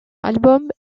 albums